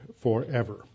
forever